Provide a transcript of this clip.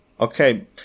Okay